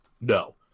No